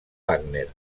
wagner